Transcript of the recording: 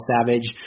Savage